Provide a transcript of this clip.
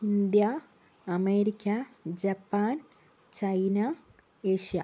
India America Japan China Asia